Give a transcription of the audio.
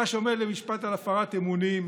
אתה, שעומד למשפט על הפרת אמונים,